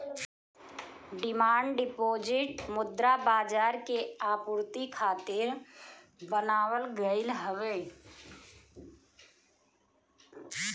demand deposit मुद्रा बाजार के आपूर्ति खातिर बनावल गईल हवे